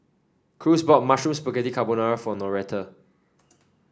Cruz bought Mushroom Spaghetti Carbonara for Noretta